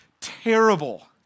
Terrible